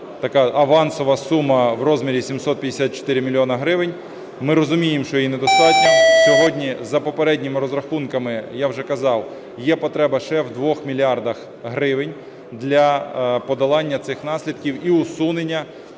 така авансова сума у розмірі 754 мільйони гривень. Ми розуміємо, що її недостатньо. Сьогодні, за попередніми розрахунками, я вже казав, є потреба ще в 2 мільярдах гривень для подолання цих наслідків і усунення